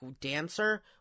dancer